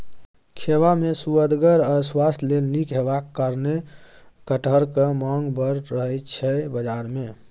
खेबा मे सुअदगर आ स्वास्थ्य लेल नीक हेबाक कारणेँ कटहरक माँग बड़ रहय छै बजार मे